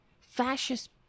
fascist